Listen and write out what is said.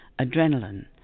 Adrenaline